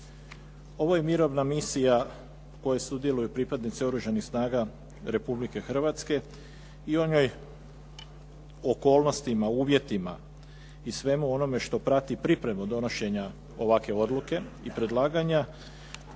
Ovo je mirovna misija u kojoj sudjeluju pripadnici Oružanih snaga Republike Hrvatske i o njoj, okolnostima, uvjetima i svemu onome što prati pripremu donošenja ovakve odluke i predlaganja